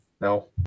no